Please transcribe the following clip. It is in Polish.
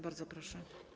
Bardzo proszę.